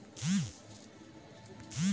অনেক গুলো ব্যবস্থা করার ফলে বৃষ্টির জলে কাজ হয়